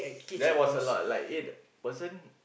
that was a lot like eight person